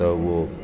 त उहो